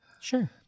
Sure